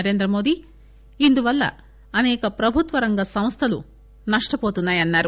నరేంద్రమోదీ ఇందువల్ల అసేక ప్రభుత్వ రంగ సంస్థలు నష్టపోతున్నాయని అన్నారు